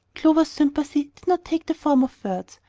clover's sympathy did not take the form of words.